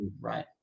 Right